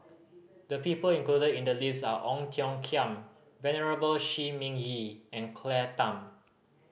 the people included in the list are Ong Tiong Khiam Venerable Shi Ming Yi and Claire Tham